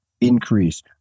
increase